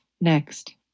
Next